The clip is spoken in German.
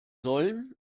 sollen